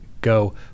go